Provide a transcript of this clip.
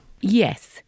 Yes